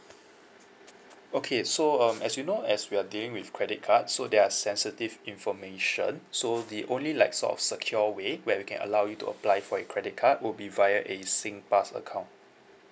okay so um as you know as we are dealing with credit card so they are sensitive information so the only like sort of secure way where we can allow you to apply for your credit card will be via a singpass account